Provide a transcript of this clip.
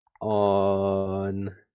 on